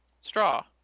straw